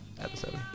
episode